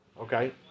Okay